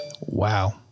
Wow